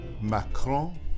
Macron